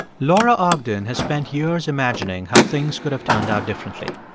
laura ogden has spent years imagining how things could have turned out differently.